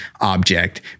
object